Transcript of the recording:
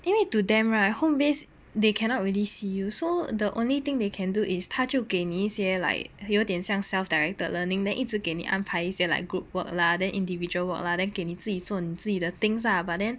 因为 to them right home based they cannot really see you so the only thing they can do is 它就给你一些 like 有点像 self directed learning then 一直给你安排一些 like group work lah then individual work lah then 给你自己做你自己的 things lah but then